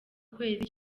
kwezi